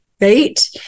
right